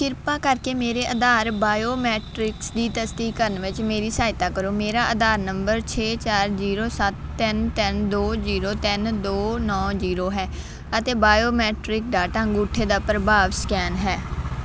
ਕਿਰਪਾ ਕਰਕੇ ਮੇਰੇ ਆਧਾਰ ਬਾਇਓਮੀਟ੍ਰਿਕਸ ਦੀ ਤਸਦੀਕ ਕਰਨ ਵਿੱਚ ਮੇਰੀ ਸਹਾਇਤਾ ਕਰੋ ਮੇਰਾ ਆਧਾਰ ਨੰਬਰ ਛੇ ਚਾਰ ਜ਼ੀਰੋ ਸੱਤ ਤਿੰਨ ਤਿੰਨ ਦੋ ਜ਼ੀਰੋ ਤਿੰਨ ਦੋ ਨੌਂ ਜ਼ੀਰੋ ਹੈ ਅਤੇ ਬਾਇਓਮੀਟ੍ਰਿਕ ਡਾਟਾ ਅੰਗੂਠੇ ਦਾ ਪ੍ਰਭਾਵ ਸਕੈਨ ਹੈ